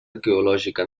arqueològica